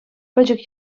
пӗчӗк